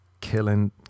killing